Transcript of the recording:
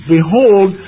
Behold